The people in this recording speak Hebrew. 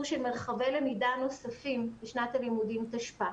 של מרחבי למידה נוספים לשנת הלימודים תשפ"א,